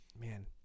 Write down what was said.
Man